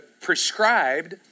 prescribed